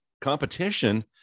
competition